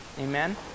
Amen